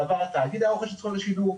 בעבר התאגיד היה רוכש את זכויות השידור,